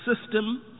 system